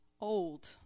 old